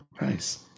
Nice